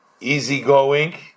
easygoing